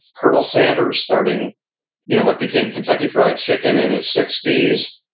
colonel sanders starting you know what became kentucky fried chicken in his sixties.